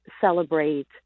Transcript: celebrate